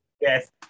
Yes